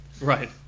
Right